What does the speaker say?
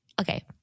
okay